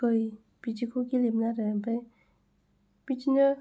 खै बिदिखोबो गेलेयोमोन आरो आंथ' बिदिनो